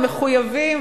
הם מחויבים,